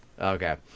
Okay